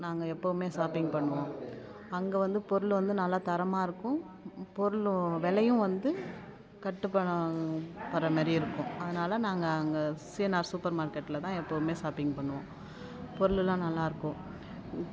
நாங்கள் எப்போதுமே ஷாப்பிங் பண்ணுவோம் அங்கே வந்து பொருள் வந்து நல்லா தரமாக இருக்கும் பொருள் விலையும் வந்து கட்டுப்படு படுற மாதிரி இருக்கும் அதனால் நாங்கள் அங்கே சி என் ஆர் சூப்பர் மார்க்கெட்டில் தான் எப்போதுமே ஷாப்பிங் பண்ணுவோம் பொருள்லாம் நல்லாயிருக்கும்